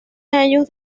años